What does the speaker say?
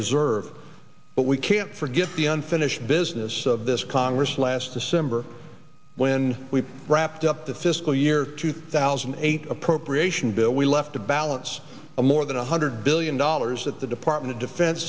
deserve but we can't forget the unfinished business of this congress last december when we wrapped up the fiscal year two thousand and eight appropriation bill we left a balance of more than one hundred billion dollars at the department of defense